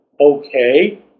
Okay